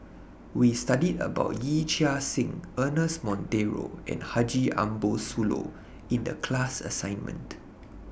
We studied about Yee Chia Hsing Ernest Monteiro and Haji Ambo Sooloh in The class assignment